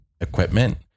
equipment